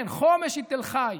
כן, חומש היא תל חי.